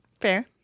Fair